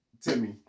Timmy